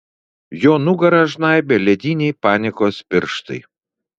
jo nugarą žnaibė lediniai panikos pirštai